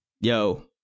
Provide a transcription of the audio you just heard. yo